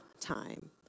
time